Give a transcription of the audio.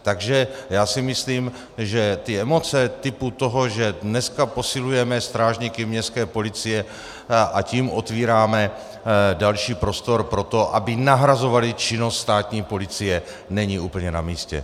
Takže já si myslím, že emoce typu toho, že dneska posilujeme strážníky městské policie, a tím otevíráme další prostor pro to, aby nahrazovali činnost státní policie, není úplně na místě.